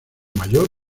mayor